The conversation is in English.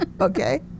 Okay